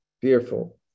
fearful